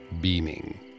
beaming